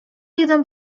jeden